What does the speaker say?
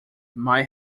might